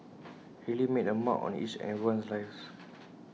he really made A mark on each and everyone's life